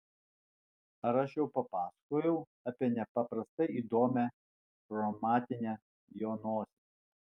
ar aš jau papasakojau apie nepaprastai įdomią chromatinę jo nosį